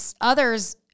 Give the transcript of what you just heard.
others